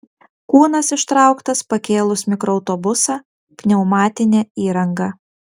kūnas ištrauktas pakėlus mikroautobusą pneumatine įranga